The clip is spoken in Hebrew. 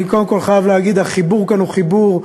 אני קודם כול חייב להגיד שהחיבור כאן הוא חיבור מדהים.